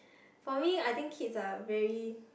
for me I think kids are very